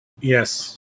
Yes